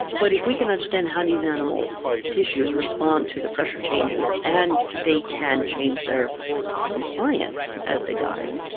but if we can understand how these animals' tissues respond to the pressure changes and they can change their compliance as they dive,